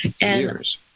Years